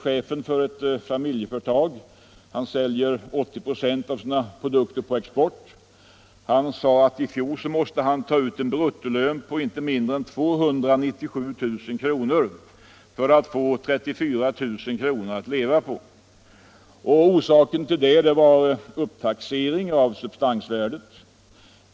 Chefen för ett familjeföretag, som säljer 80 96 av produkterna på export, sade att i fjol måste han ta ut en bruttolön på inte mindre än 297 000 kr. för att få 34 000 kr. att leva på. Orsaken till det var upptaxering av substansvärdet.